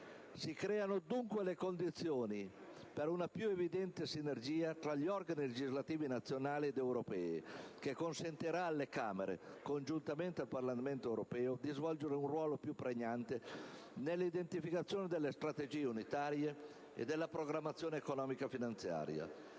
Si creano dunque le condizioni per una più evidente sinergia tra gli organi legislativi nazionali ed europei che consentirà alle Camere, congiuntamente al Parlamento europeo, di svolgere un ruolo più pregnante nell'identificazione delle strategie unitarie e della programmazione economica e finanziaria,